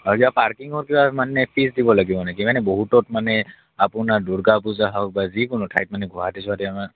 পাৰ্কিঙৰ কিবা মানে ফিজ দিব লাগিব নেকি মানে বহুতত মানে আপোনাৰ দুৰ্গা পূজা হওক বা যিকোনো ঠাইত মানে গুৱাহাটী ছুৱাহাটী